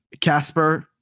Casper